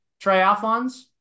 triathlons